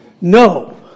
No